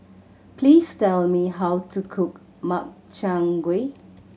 please tell me how to cook Makchang Gui